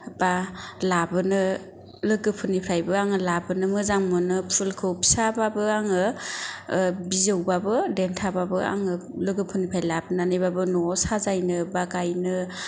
एबा लाबोनो लोगोफोरनिफ्रायबो आङो लाबोनो मोजां मोनो फुलखौ फिसाबाबो आङो बिजौबाबो देन्थाबाबो आङो लोगोफोरनिफ्राय लाबनानैबाबो न'आव साजायनो एबा गायनो